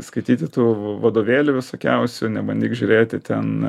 skaityti tų vadovėlių visokiausių nebandyk žiūrėti ten